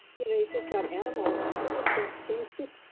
you know you think about animals, animals don't seem to